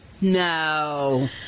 No